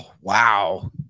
wow